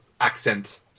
accent